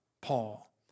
Paul